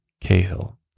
Cahill